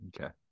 Okay